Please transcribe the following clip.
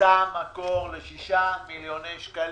ימצא מקור ל-6 מיליוני שקלים.